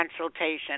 consultation